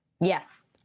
Yes